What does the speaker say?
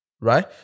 Right